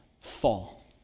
fall